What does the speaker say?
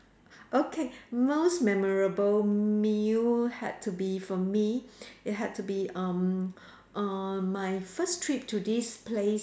okay most memorable meal had to be for me it had to be um err my first trip to this place